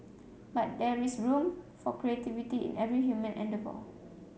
but there is room for creativity in every human endeavour